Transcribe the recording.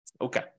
Okay